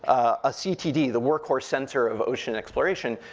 a ctd, the workhorse sensor of ocean exploration,